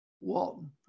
Walton